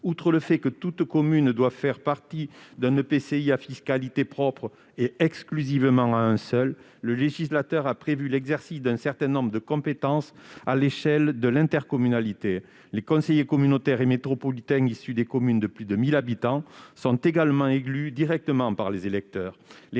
outre le fait que toute commune doit faire partie d'un EPCI à fiscalité propre, et ce à l'exclusion de tout autre, le législateur a prévu l'exercice d'un certain nombre de compétences à l'échelle de l'intercommunalité. Les conseillers communautaires et métropolitains issus des communes de plus de 1 000 habitants sont également élus directement par les électeurs.